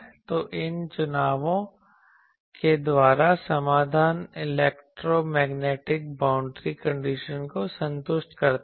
तो इन चुनावों के द्वारा समाधान इलेक्ट्रो मैग्नेटिक बाउंड्री कंडीशन को संतुष्ट करता है